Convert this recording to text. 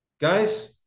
Guys